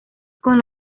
con